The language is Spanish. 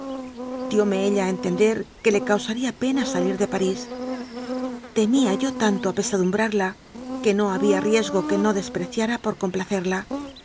friera dióme ella a entender que le causaría pena salir de parís temía yo tanto apesadumbrarla que no había riesgo que no despreciara por